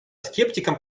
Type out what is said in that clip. скептикам